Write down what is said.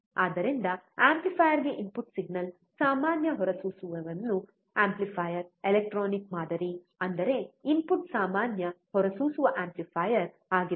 ಆದ್ದರಿಂದ ಆಂಪ್ಲಿಫೈಯರ್ಗೆ input signal ಸಾಮಾನ್ಯ ಹೊರಸೂಸುವವನು ಆಂಪ್ಲಿಫಯರ್ ಎಲೆಕ್ಟ್ರಾನಿಕ್ ಮಾದರಿ ಅಂದರೆ ಇನ್ಪುಟ್ ಸಾಮಾನ್ಯ ಹೊರಸೂಸುವ ಆಂಪ್ಲಿಫೈಯರ್ ಆಗಿರಬಹುದು